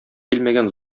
килмәгән